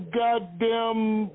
goddamn